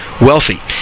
wealthy